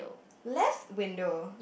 left window